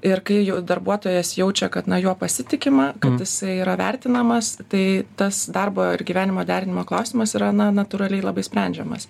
ir kai darbuotojas jaučia kad na juo pasitikima jisai yra vertinamas tai tas darbo ir gyvenimo derinimo klausimas yra na natūraliai labai sprendžiamas